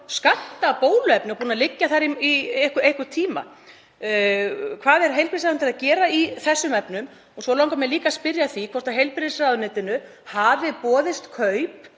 af bóluefni og búið að liggja þar í einhvern tíma. Hvað er heilbrigðisráðherra að gera í þessum efnum? Svo langar mig líka að spyrja hvort heilbrigðisráðuneytinu hafi boðist kaup